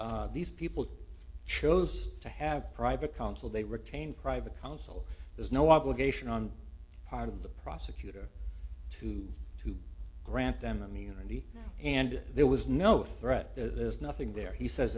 floor these people chose to have private counsel they retain private counsel there's no obligation on the part of the prosecutor to to grant them immunity and there was no threat there's nothing there he says